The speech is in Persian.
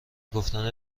گفتن